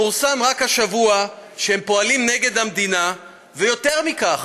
פורסם רק השבוע שהם פועלים נגד המדינה, ויותר מכך,